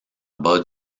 bas